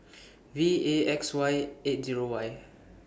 V A X eight Zero Y